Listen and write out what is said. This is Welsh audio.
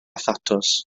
thatws